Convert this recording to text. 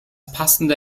passende